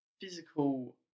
physical